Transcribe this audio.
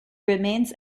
remains